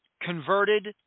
converted